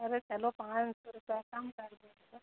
अरे चलो पाँच सौ रुपया कम कर देते हैं